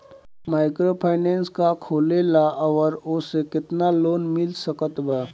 Microfinance का होखेला और ओसे केतना लोन मिल सकत बा?